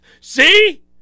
see